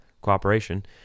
cooperation